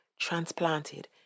transplanted